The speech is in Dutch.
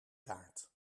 kaart